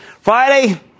Friday